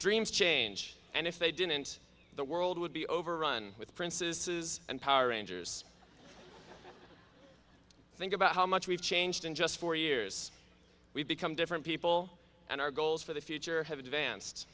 dreams change and if they didn't the world would be overrun with princes and power rangers think about how much we've changed in just four years we've become different people and our goals for the future have advanced